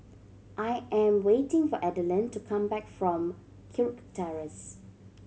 I am waiting for Adalyn to come back from Kirk Terrace